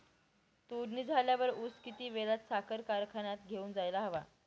तोडणी झाल्यावर ऊस किती वेळात साखर कारखान्यात घेऊन जायला हवा?